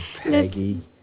Peggy